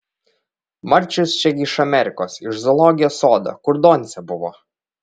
marčius čia gi iš amerikos iš zoologijos sodo kur doncė buvo